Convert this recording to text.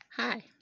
Hi